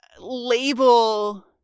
label